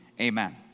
amen